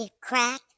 crack